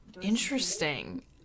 Interesting